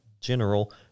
General